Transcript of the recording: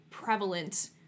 prevalent